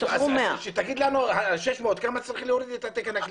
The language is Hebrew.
אז שתגיד לנו ה-600, כמה צריך להוריד את התקן?